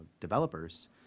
developers